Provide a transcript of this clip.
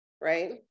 right